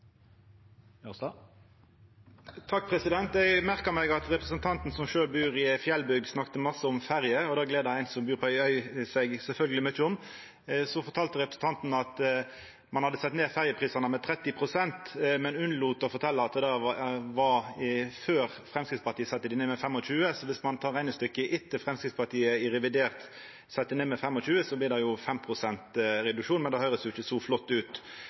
som sjølv bur i ei fjellbygd, snakka mykje om ferje, og det gler sjølvsagt ein som bur på ei øy. Representanten fortalde at ein hadde sett ned ferjeprisane med 30 pst., men lét vera å fortelja at det var før Framstegspartiet sette dei ned med 25 pst. Så om ein tek reknestykket etter at Framstegspartiet i revidert nasjonalbudsjett sette ned med 25 pst., blir det 5 pst. reduksjon, men det høyrest jo ikkje så flott ut.